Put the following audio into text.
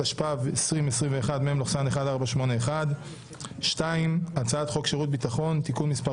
התשפ"ב 2021 (מ/1481); 2. הצעת חוק שירות ביטחון (תיקון מס'